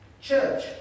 church